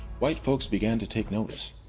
white folks began to take notice.